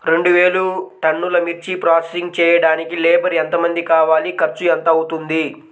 రెండు వేలు టన్నుల మిర్చి ప్రోసెసింగ్ చేయడానికి లేబర్ ఎంతమంది కావాలి, ఖర్చు ఎంత అవుతుంది?